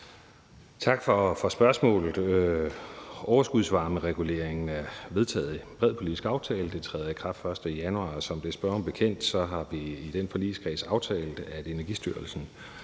Tak for spørgsmålet. Overskudsvarmereguleringen er vedtaget i en bred politisk aftale. Den træder i kraft den 1. januar. Som det er spørgeren bekendt, har vi i den forligskreds aftalt, at Energistyrelsen